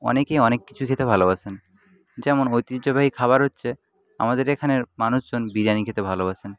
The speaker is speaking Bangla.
অনেকেই অনেক কিছু খেতে ভালবাসেন যেমন ঐতিহ্যবাহী খাবার হচ্ছে আমাদের এখানের মানুষজন বিরিয়ানি খেতে ভালোবাসেন